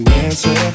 answer